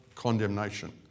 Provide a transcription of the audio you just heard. condemnation